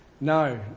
No